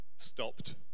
stopped